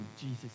Jesus